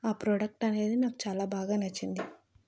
ఆ ప్రోడక్ట్ అనేది నాకు చాలా బాగా నచ్చింది